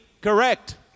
correct